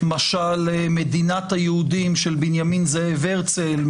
משל מדינת היהודים של בנימין זאב הרצל,